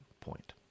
point